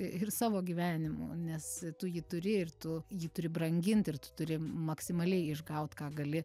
ir savo gyvenimu nes tu jį turi ir tu jį turi brangint ir tu turi maksimaliai išgaut ką gali